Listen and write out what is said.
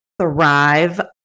thrive